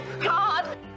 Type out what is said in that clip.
God